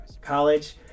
college